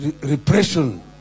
repression